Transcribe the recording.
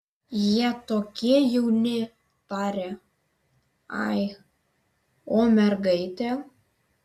jie tokie jauni tarė ai o mergaitė